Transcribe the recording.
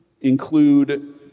include